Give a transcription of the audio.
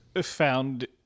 found